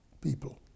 people